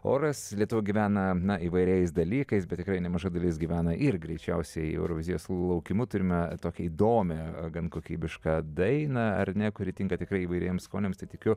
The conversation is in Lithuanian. oras lietuva gyvena na įvairiais dalykais bet tikrai nemaža dalis gyvena ir greičiausiai eurovizijos laukimu turime tokią įdomią gan kokybišką dainą ar ne kuri tinka tikrai įvairiems skoniams tai tikiu